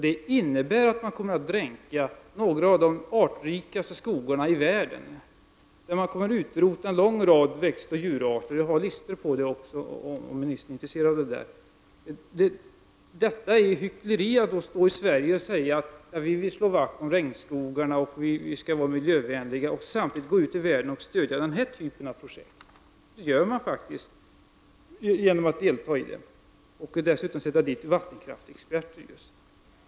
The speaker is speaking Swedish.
Det innebär att man kommer att dränka några av de artrikaste skogarna i världen och utrota en lång rad växtoch djurarter. Jag har listor på detta, om ministern är intresserad. Det är hyckleri att stå i Sverige och säga att vi vill slå vakt om regnskogarna och att vi skall vara miljövänliga och samtidigt gå ut i världen och stödja den här typen av projekt. Det gör vi faktiskt genom att delta i detta projekt och genom att dessutom bidra med just vattenkraftsexperter.